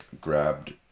grabbed